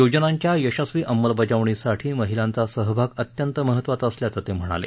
योजनांच्या यशस्वी अंमलबजावणीसाठी महिलांचा सहभाग अत्यंत महत्वाचा असल्याचं ते म्हणाले